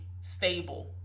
stable